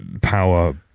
power